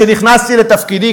כשנכנסתי לתפקידי,